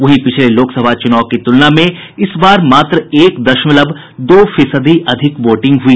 वहीं पिछले लोकसभा चुनाव की तुलना में इस बार मात्र एक दशमलव दो फीसदी अधिक वोटिंग हुई